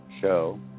show